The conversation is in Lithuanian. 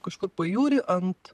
kažkur pajūry ant